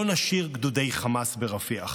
לא נשאיר גדודי חמאס ברפיח.